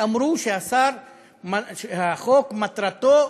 ואמרו שהחוק מטרתו